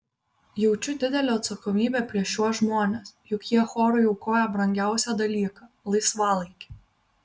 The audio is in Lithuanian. jaučiu didelę atsakomybę prieš šiuos žmones juk jie chorui aukoja brangiausią dalyką laisvalaikį